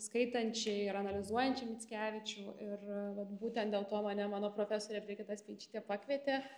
skaitančiai ir analizuojančiai mickevičių ir vat būtent dėl to mane mano profesorė brigita speičytė pakvietė